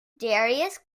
darius